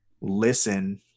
listen